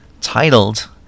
titled